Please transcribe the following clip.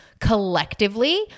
collectively